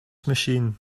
machine